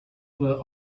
were